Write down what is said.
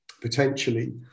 potentially